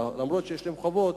אומנם יש להם חובות,